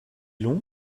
long